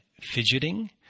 fidgeting